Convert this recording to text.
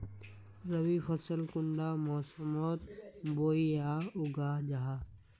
रवि फसल कुंडा मोसमोत बोई या उगाहा जाहा?